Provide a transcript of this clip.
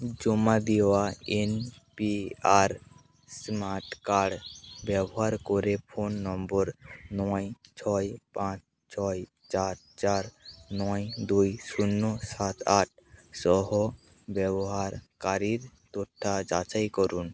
জমা দেওয়া N P R smart card ব্যবহার করে ফোন নম্বর নয় ছয় পাঁচ ছয় চার চার নয় দুই শূন্য সাত আটসহ ব্যবহারকারীর তথ্য যাচাই করুন